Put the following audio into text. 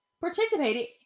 participated